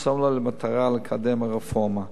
ושם לו למטרה לקדם הרפורמה.